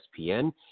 ESPN